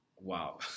Wow